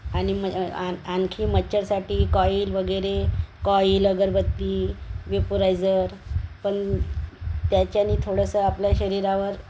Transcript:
आणि मग आणि आणखी मच्छरसाठी कॉईल वगैरे कॉईल अगरबत्ती वेपोरायझर पण त्याच्याने थोडंसं आपल्या शरीरावर